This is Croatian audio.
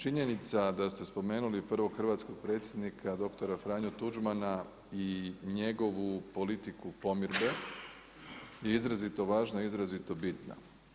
Činjenica da ste spomenuli prvog hrvatskog predsjednika dr. Franju Tuđmana i njegovu politiku pomirbe je izrazito važna i izrazito bitna.